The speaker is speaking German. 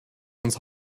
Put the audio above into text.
uns